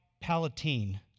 Palatine